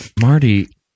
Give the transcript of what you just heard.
Marty